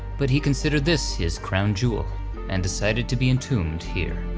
but he considered this his crown jewel and decided to be entombed here.